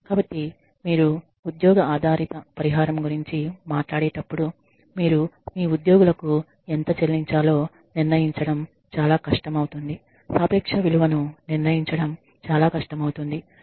కాబట్టి మీరు ఉద్యోగ ఆధారిత పరిహారం గురించి మాట్లాడేటప్పుడు మీరు మీ ఉద్యోగులకు ఎంత చెల్లించాలో నిర్ణయించడం చాలా కష్టం అవుతుంది సాపేక్ష విలువ ను నిర్ణయించడం చాలా కష్టం అవుతుంది